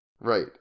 Right